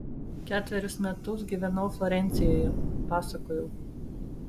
ketverius metus gyvenau florencijoje pasakojau